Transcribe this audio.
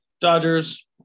Dodgers